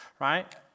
right